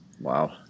Wow